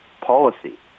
policy